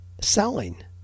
selling